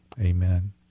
Amen